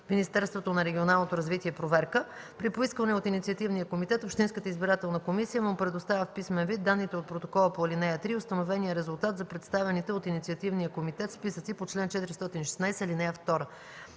Министерството на регионалното развитие проверка. При поискване от инициативния комитет общинската избирателна комисия му предоставя в писмен вид данните от протокола по ал. 3 и установения резултат за представените от инициативния комитет списъци по чл. 416, ал. 2.